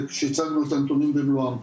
כשהצגנו את הנתונים במלואם.